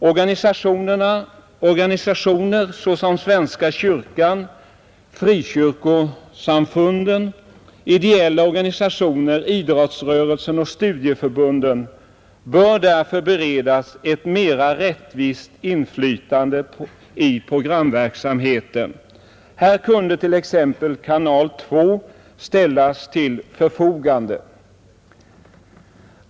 Sådana organisationer som svenska kyrkan, frikyrkosamfunden, ideella organisationer, idrottsrörelsen och studieförbunden bör därför beredas ett mera rättvist inflytande i programverksamheten. Här kunde t.ex. kanal 2 ställas till förfogande.